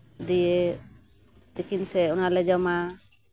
ᱫᱤᱭᱮ ᱛᱤᱠᱤᱱ ᱥᱮᱫ ᱚᱱᱟ ᱞᱮ ᱡᱚᱢᱟ